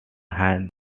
hand